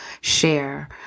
share